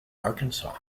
arkansas